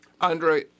Andre